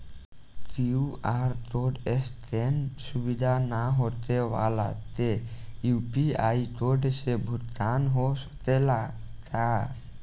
QR code scan सुविधा ना होखे वाला के यू.पी.आई कोड से भुगतान हो सकेला का?